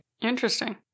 Interesting